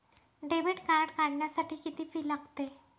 Debit card काढण्यासाठी किती fee लागते?